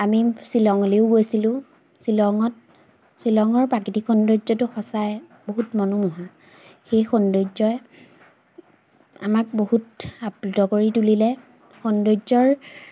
আমি শ্বিলঙলৈও গৈছিলোঁ শ্বিলঙত শ্বিলঙৰ প্ৰাকৃতিক সৌন্দৰ্যটো সঁচাই বহুত মনোমোহা সেই সৌন্দৰ্যই আমাক বহুত আপ্লুত কৰি তুলিলে সৌন্দৰ্যৰ